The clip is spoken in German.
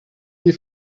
die